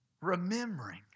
Remembering